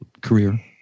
career